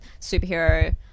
superhero